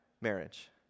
marriage